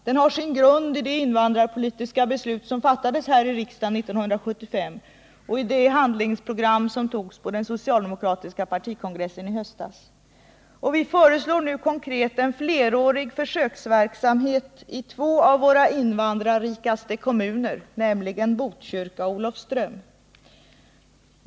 Den har sin grund i det invandrarpolitiska beslut som fattades här i riksdagen 1975 och i det handlingsprogram som togs vid den socialdemokratiska partikongressen i höstas. Vi föreslår nu konkret en flerårig försöksverksamhet i två av våra invandrarrikaste kommuner, nämligen Botkyrka och Olofström.